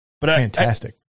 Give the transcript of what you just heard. Fantastic